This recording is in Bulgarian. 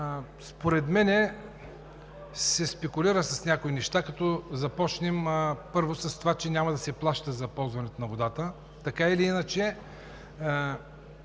Според мен се спекулира с някои неща. Първо, с това, че няма да се плаща за ползването на водата. Така или иначе